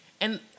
and-